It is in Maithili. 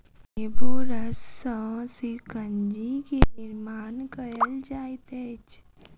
नेबो रस सॅ शिकंजी के निर्माण कयल जाइत अछि